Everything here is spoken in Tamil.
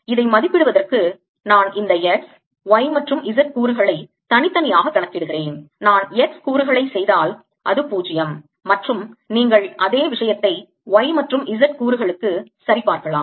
இதை மதிப்பிடுவதற்கு நான் இந்த x y மற்றும் z கூறுகளை தனித்தனியாக கணக்கிடுகிறேன் நான் x கூறுகளை செய்தால் அது 0 மற்றும் நீங்கள் அதே விஷயத்தை y மற்றும் z கூறுகளுக்கு சரிபார்க்கலாம்